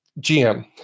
GM